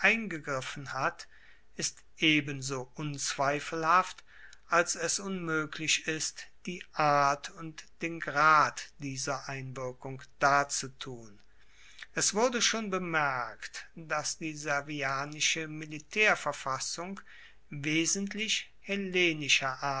eingegriffen hat ist ebenso unzweifelhaft als es unmoeglich ist die art und den grad dieser einwirkung darzutun es wurde schon bemerkt dass die servianische militaerverfassung wesentlich